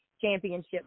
championship